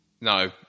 No